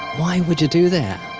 why would you do that?